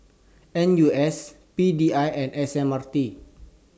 N U S P D I and S M R T